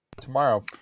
tomorrow